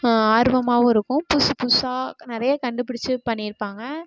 ஆர்வமாகவும் இருக்கும் புதுசு புதுசாக க நிறைய கண்டுபிடித்து பண்ணியிருப்பாங்க